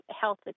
health